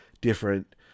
different